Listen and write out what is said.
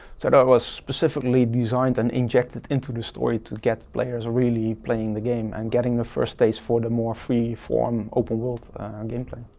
so that was specifically designed and injected into the story to get players really playing the game and getting the first stage for the more free form open world game play.